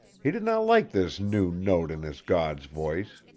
he did not like this new note in his god's voice.